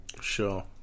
Sure